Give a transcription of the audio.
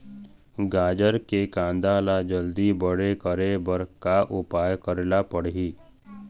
गाजर के कांदा ला जल्दी बड़े करे बर का उपाय करेला पढ़िही?